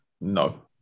No